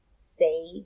say